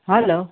hello